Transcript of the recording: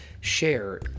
share